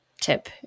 tip